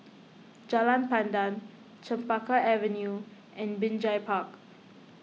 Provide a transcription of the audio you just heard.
Jalan Pandan Chempaka Avenue and Binjai Park